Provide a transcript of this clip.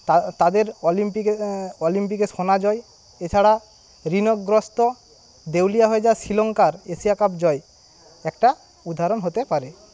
তাদের অলিম্পি অলিম্পিকে সোনা জয় এছাড়া ঋণগ্রস্থ দেউলিয়া হয়ে যাওয়া শ্রীলঙ্কার এশিয়া কাপ জয় একটা উদাহরণ হতে পারে